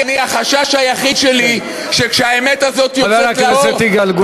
החשש היחיד שלי הוא שכאשר האמת הזאת תצא לאור,